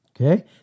Okay